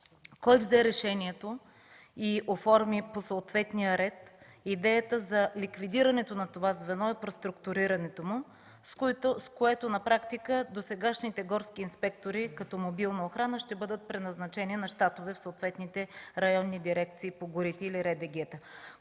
Кой взе решението и оформи по съответния ред идеята за ликвидирането на това звено и преструктурирането му, с което на практика досегашните горски инспектори, като мобилна охрана, ще бъдат преназначени на щатове в съответните Районни дирекции по горите? Кое провокира